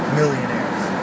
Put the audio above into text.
millionaires